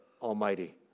Almighty